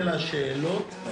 אנחנו